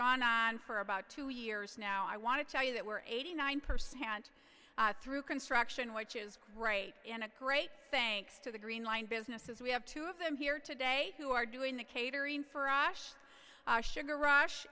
gone on for about two years now i want to tell you that we're eighty nine percent through construction which is great in a great thinks to the green line businesses we have two of them here today who are doing the catering for asha sugar rush